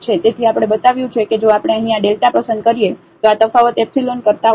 તેથી આપણે બતાવ્યું છે કે જો આપણે અહીં આ Δ પસંદ કરીએ તો આ તફાવત એપ્સીલોન કરતા ઓછો હશે